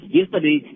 yesterday